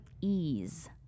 ease